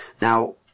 Now